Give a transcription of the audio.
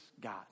God